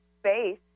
space